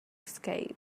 escape